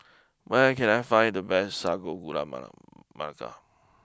where can I find the best Sago Gula Melaka